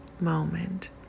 moment